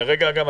תודה רבה, אשי.